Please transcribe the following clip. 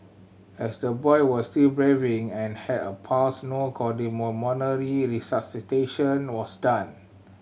as the boy was still and had a pulse no cardiopulmonary resuscitation was done